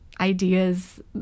ideas